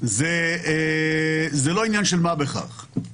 זה לא עניין של מה בכך.